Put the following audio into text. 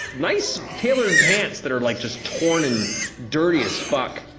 nice, tailored pants that are like just torn and dirty as fuck.